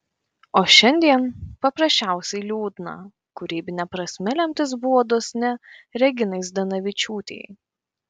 o šiandien paprasčiausiai liūdna kūrybine prasme lemtis buvo dosni reginai zdanavičiūtei